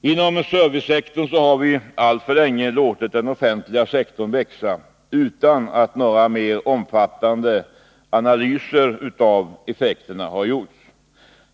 Inom servicesektorn har vi alltför länge låtit den offentliga sektorn växa utan att några mer omfattande analyser av effekterna har gjorts.